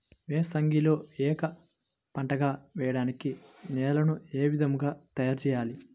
ఏసంగిలో ఏక పంటగ వెయడానికి నేలను ఏ విధముగా తయారుచేయాలి?